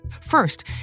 First